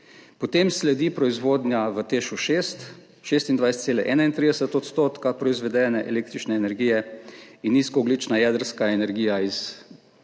Potem sledi proizvodnja v Teš 6, 26,31 % proizvedene električne energije, in nizkoogljična jedrska energija iz